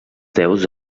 déus